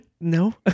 No